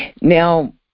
now